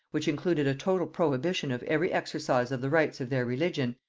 which included a total prohibition of every exercise of the rites of their religion,